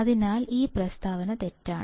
അതിനാൽ ഈ പ്രസ്താവന തെറ്റാണ്